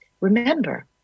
Remember